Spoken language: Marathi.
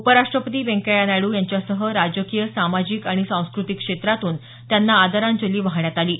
उपराष्ट्रपती व्यंकय्या नायडू यांच्यासह राजकीय सामाजिक आणि सांस्कृतिक क्षेत्रातून त्यांना आदरांजली वाहण्यात आली आहे